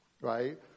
right